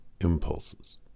impulses